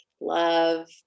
love